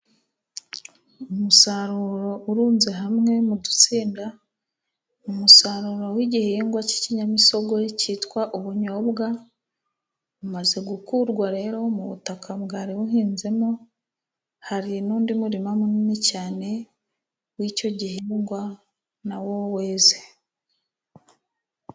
Umusaruro urunze hamwe mu dutsinda. Umusaruro w'igihingwa cy'ikinyamisogwe cyitwa ubunyobwa. Bumaze gukurwa rero mu butaka bwari buhinzemo hari n'undi murima munini cyane w'icyo gihingwa na wo weze.